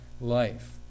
life